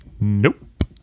nope